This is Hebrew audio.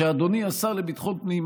אדוני השר לביטחון פנים,